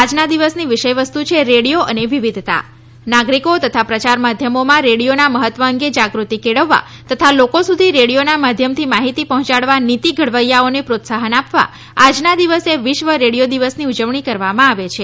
આજના દિવસની વિષયવસ્તુ છે રેડિયો અને વિવિધતા નાગરિકો તથા પ્રચાર માધ્યમોમાં રેડિયોના મહત્વ અંગે જાગૃતી કેળવવા તથા લોકો સુધી રેડિયોના માધ્યમથી માહિતી પહોંચાડવા નીતિ ઘડવૈયાઓને પ્રોત્સાહન આપવા આજના દિવસે વિશ્વ રેડિયો દિવસની ઉજવણી કરવામાં આવે છે